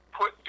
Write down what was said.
put